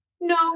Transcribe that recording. no